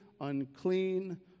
unclean